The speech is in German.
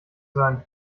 sein